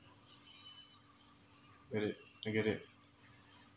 wait it I get it